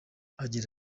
agira